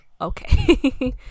okay